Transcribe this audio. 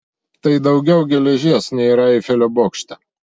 tai daugiau geležies nei yra eifelio bokšte